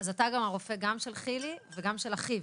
אז אתה גם הרופא גם של חילי וגם של אחיו,